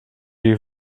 die